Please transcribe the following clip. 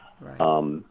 Right